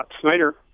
Snyder